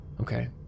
Okay